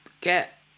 get